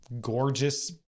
gorgeous